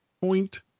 point